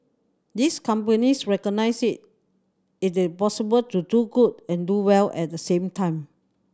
these companies recognise it is possible to do good and do well at the same time